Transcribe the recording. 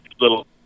little